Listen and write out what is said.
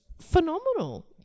phenomenal